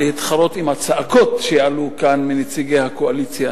להתחרות עם הצעקות שיעלו כאן מנציגי הקואליציה,